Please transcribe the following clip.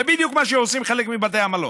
זה בדיוק מה שעושים חלק מבתי המלון.